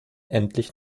endlich